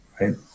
right